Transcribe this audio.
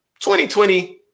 2020